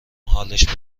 حالش